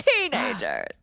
Teenagers